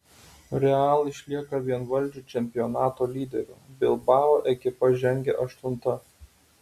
real išlieka vienvaldžiu čempionato lyderiu bilbao ekipa žengia aštunta